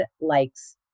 likes